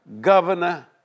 governor